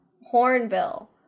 hornbill